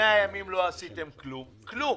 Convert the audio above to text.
במשך 100 ימים לא עשיתם כלום, כלום.